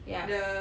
ya